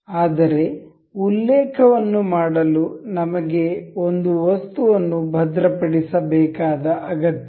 ಆದರೆ ಉಲ್ಲೇಖ ವನ್ನು ಮಾಡಲು ನಮಗೆ ಒಂದು ವಸ್ತುವನ್ನು ಭದ್ರಪಡಿಸಬೇಕಾದ ಅಗತ್ಯವಿದೆ